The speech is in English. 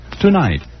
Tonight